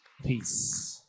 Peace